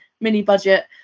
mini-budget